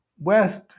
West